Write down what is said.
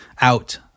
out